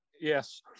Yes